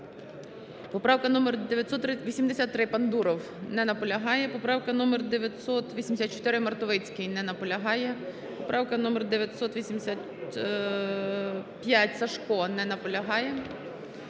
Поправка 983, Бандуров. Не наполягає. Поправка номер 984, Мартовицький. Не наполягає. Поправка номер 985, Сажко. Не наполягає.